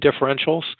differentials